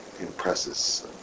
impresses